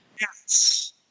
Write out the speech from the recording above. Yes